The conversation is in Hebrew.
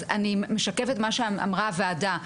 אז אני משקפת מה שאמרה הוועדה,